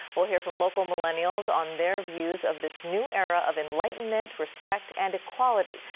we'll hear from local millenials on their views of this new era of enlightenment, respectnd and equality.